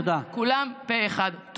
כולם פה אחד.